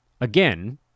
again